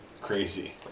crazy